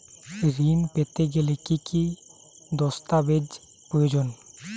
ঋণ পেতে গেলে কি কি দস্তাবেজ প্রয়োজন?